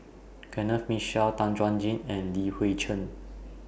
Kenneth Mitchell Tan Chuan Jin and Li Hui Cheng